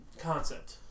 concept